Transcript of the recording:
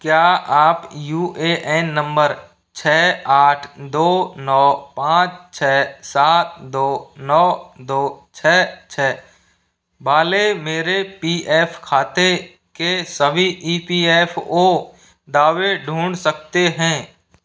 क्या आप U A N number छः आठ दो नौ पाँच छः सात दो नौ दो छः छः वाले मेरे पी एफ़ खाते के सभी ई पी एफ़ ओ दावे ढूँढ सकते हैं